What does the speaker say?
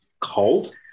cold